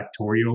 factorial